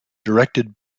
directed